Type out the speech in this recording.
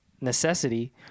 necessity